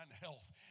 health